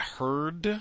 heard